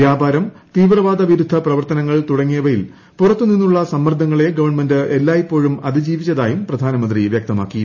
വ്യാപാരം തീവ്രവാദ വിരുദ്ധ പ്രവർത്തനങ്ങൾ തുടങ്ങിയവയിൽ പുറത്തു നിന്നുള്ള സമ്മർദ്ദങ്ങളെ ഗവൺമെന്റ് എല്ലായ്പ്പോഴും അതിജീവിച്ചതായും പ്രധാനമന്ത്രി വൃക്തമാക്കി